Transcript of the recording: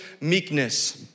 meekness